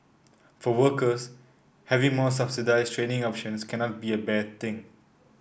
for workers having more subsidised training options cannot be a bad thing